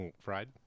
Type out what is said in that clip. Fried